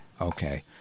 okay